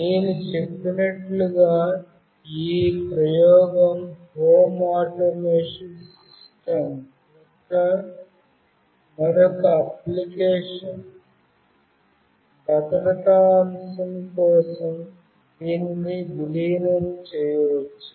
నేను చెప్పినట్లుగా ఈ ప్రయోగం హోమ్ ఆటోమేషన్ సిస్టమ్ యొక్క మరొక అప్లికేషన్ భద్రతా అంశం కోసం దీనిని విలీనం చేయవచ్చు